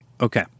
Okay